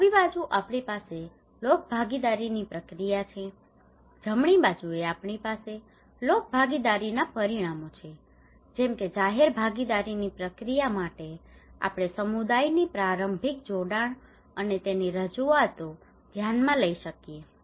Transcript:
ડાબી બાજુ આપણી પાસે લોકભાગીદારીની પ્રક્રિયા છે જમણી બાજુએ આપણી પાસે લોકભાગીદારીના પરિણામો છે જેમ કે જાહેર ભાગીદારીની પ્રક્રિયા માટે આપણે સમુદાયની પ્રારંભિક જોડાણ અને તેની રજૂઆતો ધ્યાનમાં લઈ શકીએ છીએ